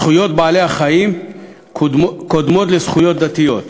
זכויות בעלי-החיים קודמות לזכויות דתיות.